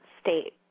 state